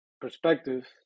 perspectives